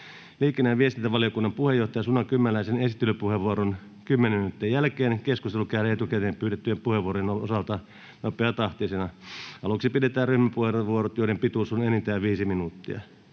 Liikenne- ja viestintävaliokunnan puheenjohtajan Suna Kymäläisen 10 minuutin esittelypuheenvuoron jälkeen keskustelu käydään etukäteen pyydettyjen puheenvuorojen osalta nopeatahtisena. Aluksi pidetään ryhmäpuheenvuorot, joiden pituus on enintään 5 minuuttia.